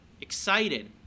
excited